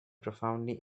profoundly